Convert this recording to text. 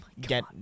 get